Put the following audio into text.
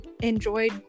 enjoyed